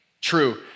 true